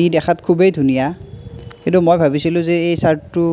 ই দেখাত খুবেই ধুনীয়া কিন্তু মই ভাবিছিলোঁ যে এই চাৰ্টটো